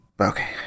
Okay